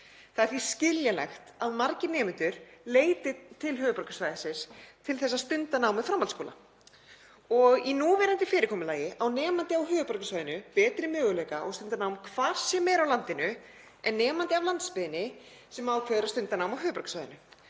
Það er því skiljanlegt að margir nemendur leiti til höfuðborgarsvæðisins til þess að stunda nám við framhaldsskóla. Í núverandi fyrirkomulagi á nemandi á höfuðborgarsvæðinu betri möguleika á að stunda nám hvar sem er á landinu en nemandi af landsbyggðinni sem ákveður að stunda nám á höfuðborgarsvæðinu.